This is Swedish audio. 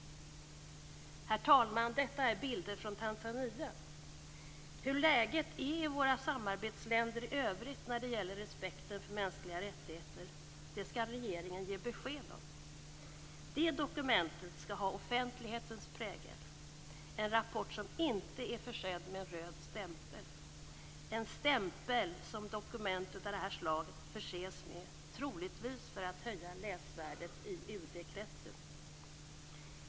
Herr talman! Detta är bilder från Tanzania. Hur läget är i våra samarbetsländer i övrigt när det gäller respekten för de mänskliga rättigheter skall regeringen ge besked om. Det dokumentet skall ha offentlighetens prägel, en rapport som inte är försedd med en röd stämpel, en stämpel som dokument av det här slaget förses med troligtvis för att höja läsvärdet på rapporterna i UD-kretsen.